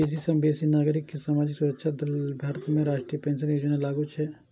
बेसी सं बेसी नागरिक कें सामाजिक सुरक्षा दए लेल भारत में राष्ट्रीय पेंशन योजना लागू छै